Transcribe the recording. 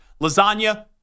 Lasagna